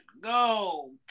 go